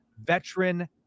veteran